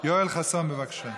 יואל חסון, בבקשה.